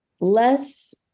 less